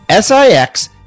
six